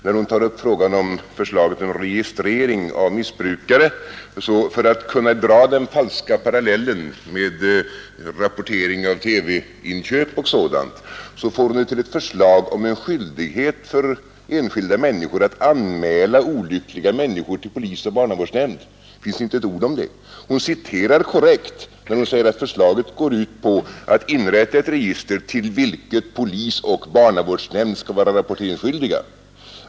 När hon talar om förslaget om registrering av missbrukare får hon det — för att kunna dra den falska parallellen med rapportering av TV-inköp och sådant — till ett förslag om en skyldighet för enskilda människor att anmäla olyckliga människor till polis och barnavårdsnämnd. Det finns inte ett ord om det! Hon citerar korrekt, men hon säger att förslaget går ut på att inrätta ett register till vilket polis och barnavårdsnämnd skall vara rapporteringsskyldiga.